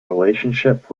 relationship